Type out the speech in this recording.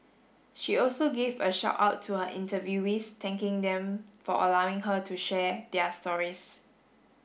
she also gave a shout out to her interviewees thanking them for allowing her to share their stories